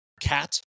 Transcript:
Cat